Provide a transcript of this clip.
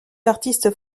artistes